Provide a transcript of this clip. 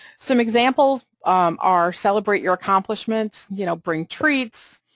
some examples are celebrate your accomplishments, you know, bring treats,